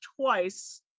twice